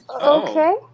Okay